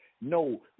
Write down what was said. No